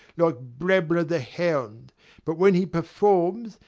like brabbler the hound but when he performs,